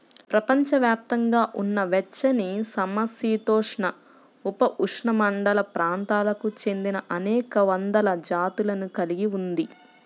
ప్రపంచవ్యాప్తంగా ఉన్న వెచ్చనిసమశీతోష్ణ, ఉపఉష్ణమండల ప్రాంతాలకు చెందినఅనేక వందల జాతులను కలిగి ఉంది